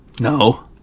No